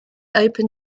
open